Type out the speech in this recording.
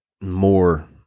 more